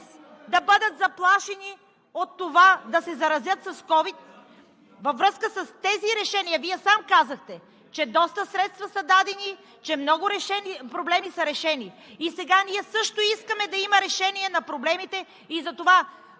да бъдат заплашени от това да се заразят с Ковид. Във връзка с тези решения – Вие сам казахте, че доста средства са дадени, че много проблеми са решени и сега ние също искаме да има решение на проблемите. Затова